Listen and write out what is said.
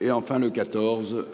et enfin le 14.